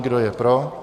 Kdo je pro?